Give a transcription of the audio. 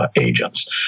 agents